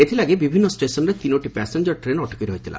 ଏଥିଲାଗି ବିଭିନ୍ନ ଷ୍ଟେସନରେ ତିନୋଟି ପାସେଞ୍ଞର ଟ୍ରେନ ଅଟକି ରହିଥିଲା